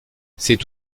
c’est